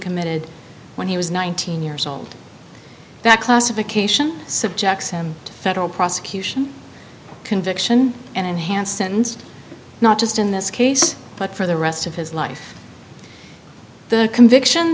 committed when he was nineteen years old that classification subjects him to federal prosecution conviction and enhanced sentence not just in this case but for the rest of his life the conviction